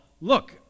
look